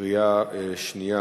בקריאה שנייה,